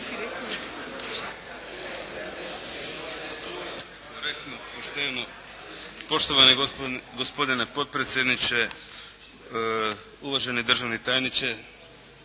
Damir (IDS)** Poštovani gospodine potpredsjedniče, uvaženi državni tajniče,